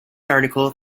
article